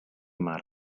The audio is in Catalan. mar